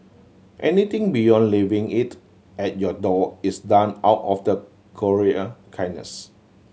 anything beyond leaving it at your door is done out of the courier kindness